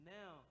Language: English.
now